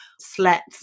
slept